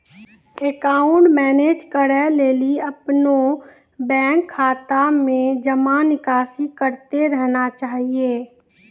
account manage करै लेली अपनो बैंक खाता मे जमा निकासी करतें रहना चाहि